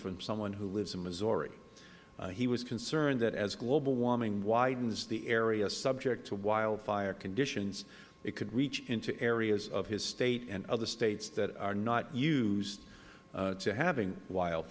from someone who lives in missouri he was concerned that as global warming widens the area subject to wildfire conditions it could reach into areas of his state and other states that are not used to having wild